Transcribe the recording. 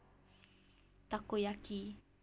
takoyaki